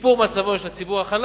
לשיפור מצבו של הציבור החלש,